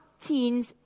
teens